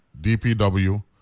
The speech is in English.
DPW